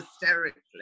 hysterically